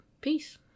Peace